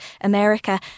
America